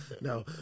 No